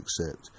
accept